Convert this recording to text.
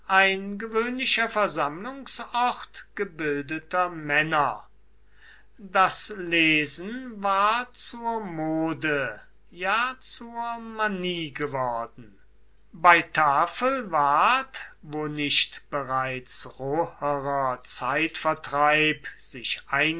ein gewöhnlicher versammlungsort gebildeter männer das lesen war zur mode ja zur manie geworden bei tafel ward wo nicht bereits roherer zeitvertreib sich